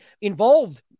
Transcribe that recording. involved